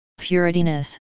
purityness